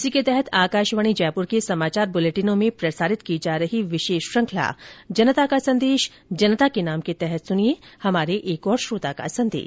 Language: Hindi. इसी के तहत आकाशवाणी जयपुर के समाचार बुलेटिनों में प्रसारित की जा रही विशेष श्रुखंला जनता का संदेश जनता के नाम के तहत सुनिये हमारे श्रोता का संदेश